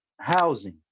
housing